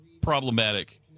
problematic